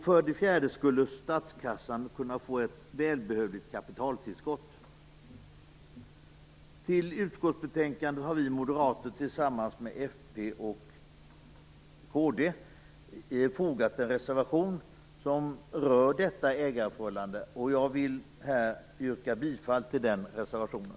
För det fjärde skulle statskassan kunna få ett välbehövligt kapitaltillskott. Till utskottsbetänkandet har vi moderater tillsammans med ledamöterna från Folkpartiet och Kristdemokraterna fogat en reservation som rör detta ägarförhållande. Jag ber att få yrka bifall till den reservationen.